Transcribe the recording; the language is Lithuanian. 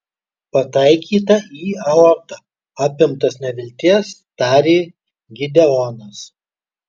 pataikyta į aortą apimtas nevilties tarė gideonas